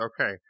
okay